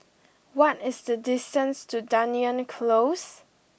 what is the distance to Dunearn Close